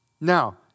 Now